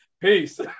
Peace